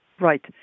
Right